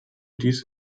dies